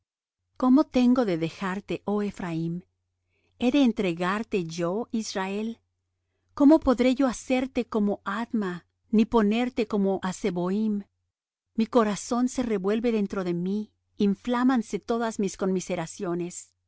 cómo tengo de dejarte oh ehpraim he de entregarte yo israel cómo podré yo hacerte como adma ni ponerte como á zeboim mi corazón se revuelve dentro de mí inflámanse todas mis conmiseraciones no